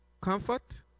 comfort